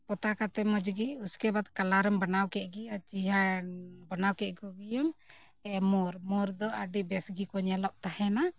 ᱯᱚᱛᱟᱣ ᱠᱟᱛᱮᱫ ᱢᱚᱡᱽ ᱜᱮ ᱩᱥᱠᱮ ᱵᱟᱫ ᱠᱟᱞᱟᱨᱮᱢ ᱵᱮᱱᱟᱣ ᱠᱮᱫ ᱜᱮ ᱟᱨ ᱪᱤᱦᱟᱱ ᱵᱟᱱᱟᱣ ᱠᱮᱫ ᱠᱚᱜᱮᱢ ᱮᱢᱳᱨ ᱢᱳᱨ ᱫᱚ ᱟᱹᱰᱤ ᱵᱮᱥ ᱜᱮᱠᱚ ᱧᱮᱞᱚᱜ ᱛᱟᱦᱮᱱᱟ